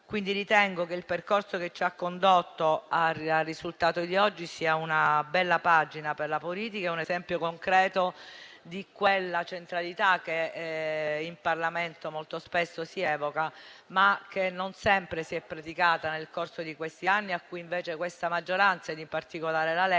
euro. Ritengo che il percorso che ci ha condotto al risultato di oggi sia una bella pagina per la politica e un esempio concreto di quella centralità che in Parlamento molto spesso si evoca, ma che non sempre è stata praticata nel corso di questi anni, a cui invece questa maggioranza e in particolare la Lega